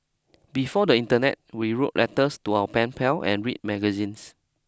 before the internet we wrote letters to our pen pal and read magazines